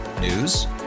News